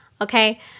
Okay